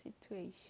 situation